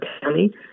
county